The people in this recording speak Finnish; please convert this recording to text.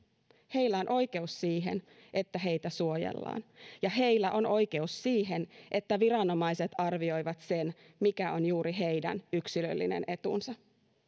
heillä on oikeus siihen että heitä suojellaan ja heillä on oikeus siihen että viranomaiset arvioivat sen mikä on juuri heidän yksilöllinen etunsa